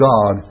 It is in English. God